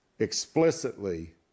explicitly